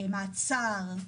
למעצר,